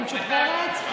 אני משוכנעת.